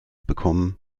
bekommen